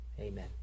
Amen